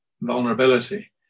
vulnerability